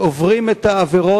המחנים את רכבם